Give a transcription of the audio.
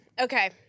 okay